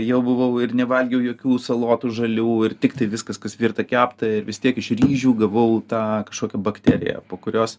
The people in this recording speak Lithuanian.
jau buvau ir nevalgiau jokių salotų žalių ir tiktai viskas kas virta kepta ir vis tiek iš ryžių gavau tą kažkokią bakteriją po kurios